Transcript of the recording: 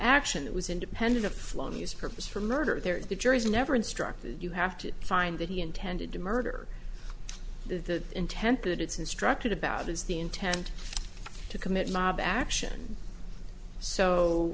action that was independent of flung his purpose for murder there is the jury is never instructed you have to find that he intended to murder the intent that it's instructed about is the intent to commit mob action so